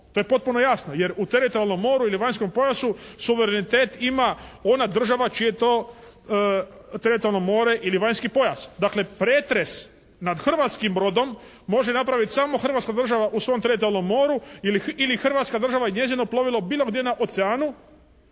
To je potpuno jasno jer u teritorijalnom moru ili vanjskom pojasu suverenitet ima ona država čije je to teritorijalno mora ili vanjski pojas. Dakle pretres nad hrvatskim brodom može napraviti samo hrvatska država u svom teritorijalnom moru ili hrvatska država i njezino plovilo bilo gdje na oceanu,